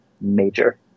major